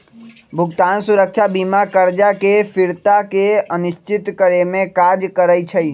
भुगतान सुरक्षा बीमा करजा के फ़िरता के सुनिश्चित करेमे काज करइ छइ